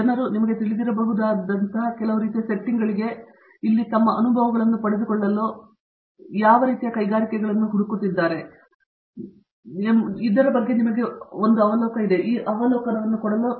ಮತ್ತು ಜನರು ನಿಮಗೆ ತಿಳಿದಿರಬಹುದಾದಂತಹ ಕೆಲವು ರೀತಿಯ ಸೆಟ್ಟಿಂಗ್ಗಳಿಗೆ ಇಲ್ಲಿ ತಮ್ಮ ಅನುಭವವನ್ನು ಪಡೆದುಕೊಳ್ಳಲು ಯಾವ ರೀತಿಯ ಕೈಗಾರಿಕೆಗಳನ್ನು ಹುಡುಕುತ್ತಿದ್ದಾರೆ ಎಂಬುದರ ಬಗ್ಗೆ ನಮಗೆ ಒಂದು ಅವಲೋಕನವನ್ನು ನೀಡುತ್ತದೆ